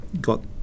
got